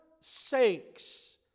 sakes